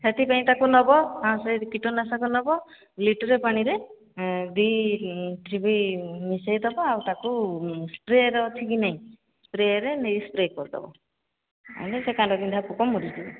ସେଥିପାଇଁ ତାକୁ ନେବ ହ ସେଇ କୀଟନାଶକ ନେବ ଲିଟରେ ପାଣିରେ ଦି ଥିବି ମିଶେଇ ଦେବ ଆଉ ତାକୁ ସ୍ପ୍ରେରେ ଅଛି କି ନାହିଁ ସ୍ପ୍ରେରେ ନେଇ ସ୍ପ୍ରେ କରିଦେବ ଆମେଲେ ସେ କା ପିନ୍ଧା ପୋକ ମଡ଼ିଯିବେ